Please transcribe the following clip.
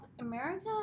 america